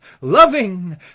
loving